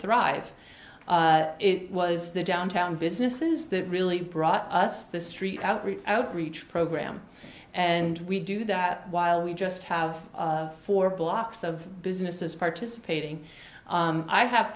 thrive it was the downtown businesses that really brought us the street outreach outreach program and we do that while we just have four blocks of businesses participating i have